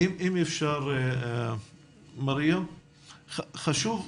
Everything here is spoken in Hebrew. אם אפשר לדעת קודם כל